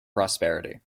prosperity